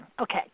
Okay